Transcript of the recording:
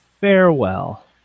farewell